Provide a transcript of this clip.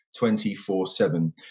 24-7